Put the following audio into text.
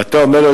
ואתה אומר לו,